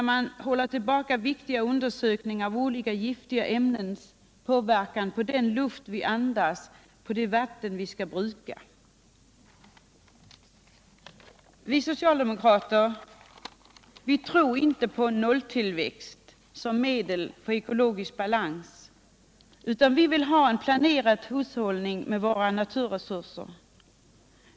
Man försenar viktiga undersökningar om olika giftiga ämnens inverkan på den luft vi andas, på det vatten vi skall bruka. Vi socialdemokrater tror inte på nolltillväxt som medel för att uppnå ekologisk balans. Vi vill ha en planerad hushållning med våra naturresurser.